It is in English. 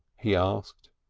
he asked.